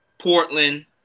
Portland